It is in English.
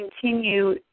continue